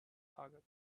targets